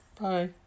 bye